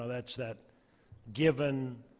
that's that given